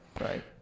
Right